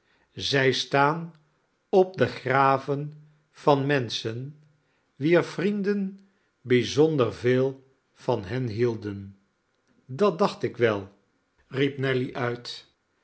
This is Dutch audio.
zij staan op de graven van menschen wier vrienden bijzonder veel van hen hielden dat dacht ik wel riep nelly uit